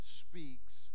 speaks